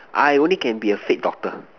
I only can be a fate doctor